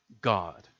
God